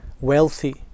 wealthy